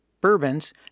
bourbons